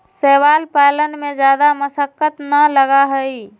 शैवाल पालन में जादा मशक्कत ना लगा हई